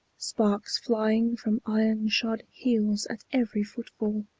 sparks flying from iron-shod heels at every footfall,